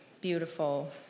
beautiful